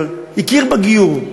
אבל הכיר בגיור.